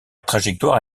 trajectoire